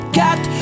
got